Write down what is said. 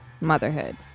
motherhood